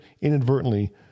inadvertently